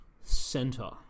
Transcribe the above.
center